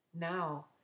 Now